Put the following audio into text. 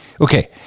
Okay